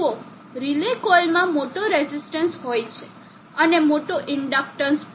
જુઓ રિલે કોઇલમાં મોટો રેઝિસ્ટન્સ હોય છે અને મોટો ઇન્ડક્ટન્સ પણ